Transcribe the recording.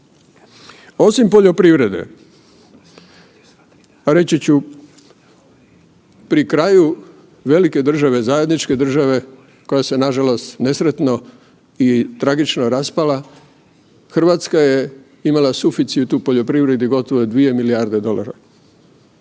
Osim poljoprivrede, reći ću pri kraju velike države, zajedničke države koja se nažalost nesretno i tragično raspala, RH je imala suficit u poljoprivredi gotovo 2 milijarde dolara.